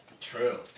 True